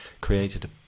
created